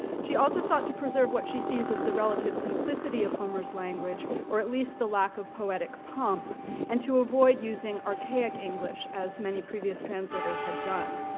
she also sought to preserve what she sees as the relative simplicity of homer's language, or at least the lack of poetic pump and to avoid using archaic english as many previous translators had done.